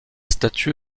statue